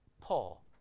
Paul